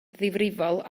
ddifrifol